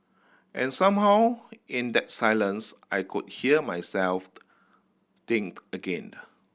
and somehow in that silence I could hear myself think again